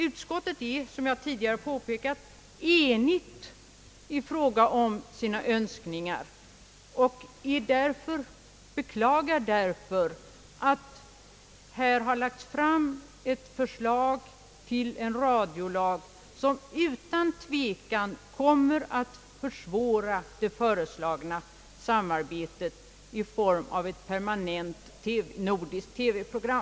Utskottet är, som jag tidigare påpekat, enigt i fråga om sina önskningar och bekla gar därför att här nu har lagts fram ett förslag till en radiolag som utan tvekan kommer att försvåra det föreslagna samarbetet i form av ett permanent nordiskt TV-program.